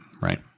right